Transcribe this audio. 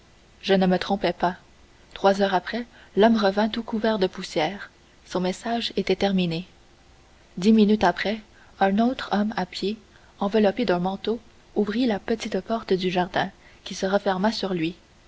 je ne me trompais pas trois heures après l'homme revint tout couvert de poussière son message était terminé dix minutes après un autre homme à pied enveloppé d'un manteau ouvrit la petite porte du jardin qui se referma sur lui